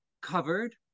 covered